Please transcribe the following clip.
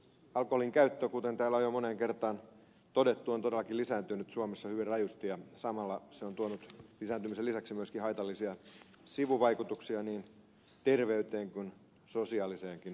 alkoholinkäyttö kuten täällä on jo moneen kertaan todettu on todellakin lisääntynyt suomessa hyvin rajusti ja samalla se on tuonut lisääntymisen lisäksi myöskin haitallisia sivuvaikutuksia niin terveyteen kuin sosiaaliseenkin viitekehykseen